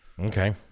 Okay